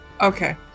Okay